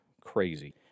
crazy